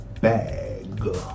bag